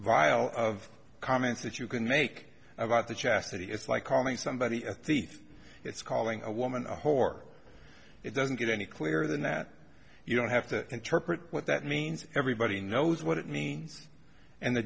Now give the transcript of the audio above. vile of comments that you can make about the chastity is like calling somebody a thief it's calling a woman a whore it doesn't get any clearer than that you don't have to interpret what that means everybody knows what it means and the